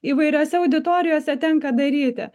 įvairiose auditorijose tenka daryti